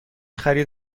خرید